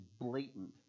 blatant